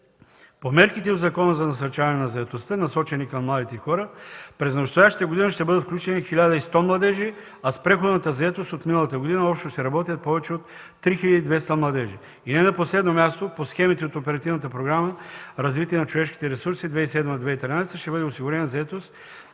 По мерките в Закона за насърчаване на заетостта, насочени към младите хора, през настоящата година ще бъдат включени 1100 младежи, а с преходната заетост от миналата година общо ще работят повече от 3200 младежи. По схемите от Оперативната програма „Развитие на човешките ресурси 2007-2013 г.” ще бъде осигурена заетост